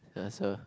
ya so